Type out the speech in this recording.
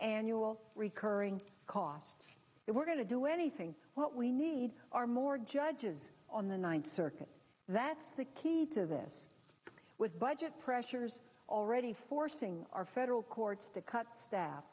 annual recurring costs that we're going to do anything what we need are more judges on the ninth circuit that's the key to this with budget pressures already forcing our federal courts to cut staff